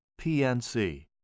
PNC